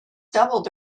doubled